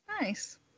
Nice